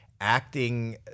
Acting